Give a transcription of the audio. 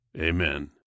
Amen